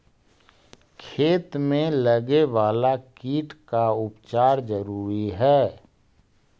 खेत में लगे वाला कीट का उपचार जरूरी हई